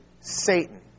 Satan